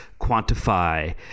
quantify